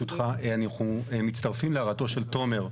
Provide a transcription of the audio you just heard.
אנחנו מצטרפים להערתו של תומר.